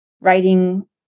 writing